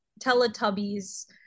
Teletubbies